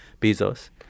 Bezos